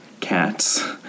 cats